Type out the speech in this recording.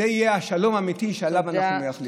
זה יהיה השלום האמיתי שאליו אנחנו מייחלים.